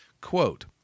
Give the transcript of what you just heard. Quote